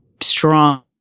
strong